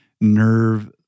nerve